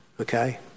okay